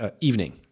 evening